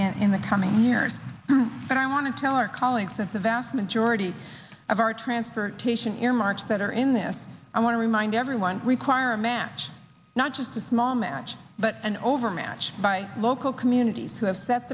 in the coming years but i want to tell our colleagues of the vast majority of our transportation earmarks that are in this i want to remind everyone require a match not just a small match but an overmatch by local communities who have set